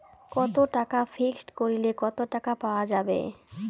কত টাকা ফিক্সড করিলে কত টাকা পাওয়া যাবে?